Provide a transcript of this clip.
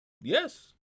Yes